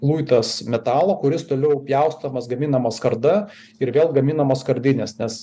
luitas metalo kuris toliau pjaustomas gaminama skarda ir vėl gaminamos skardinės nes